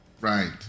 Right